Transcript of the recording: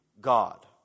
god